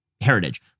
heritage